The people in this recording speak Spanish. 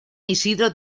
isidro